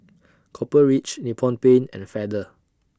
Copper Ridge Nippon Paint and Feather